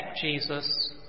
Jesus